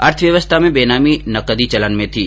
अर्थव्यवस्था में बेनामी नकदी चलन में थी